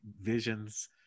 visions